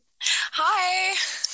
hi